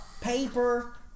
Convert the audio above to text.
Paper